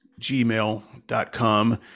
gmail.com